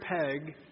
peg